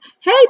Hey